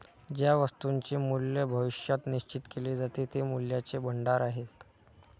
ज्या वस्तूंचे मूल्य भविष्यात निश्चित केले जाते ते मूल्याचे भांडार आहेत